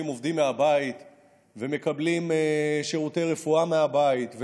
עובדים מהבית ומקבלים שירותי רפואה מהבית,